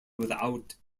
without